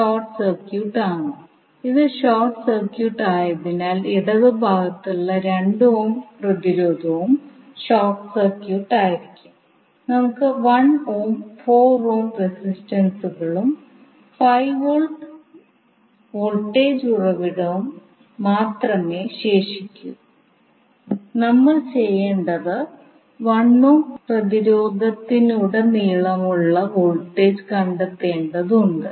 node 1 ൽ നിങ്ങൾ KCL പ്രയോഗിച്ചാൽ വൈദ്യുതിയുടെ ദിശ ഈ നോഡിനുള്ളിലേക്ക് പോകുന്നത് കൂടാതെ മറ്റ് 2 വൈദ്യുത പ്രവാഹങ്ങൾ നോഡിന് പുറത്തേക്ക് പോകുന്നു